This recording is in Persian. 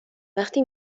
وقتی